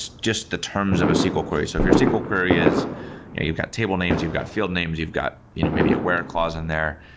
just the terms of a sql query. so if your sql query is you've got table names, you've field names, you've got you know maybe a where clause in there.